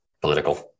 political